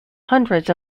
hundreds